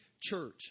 church